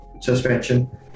suspension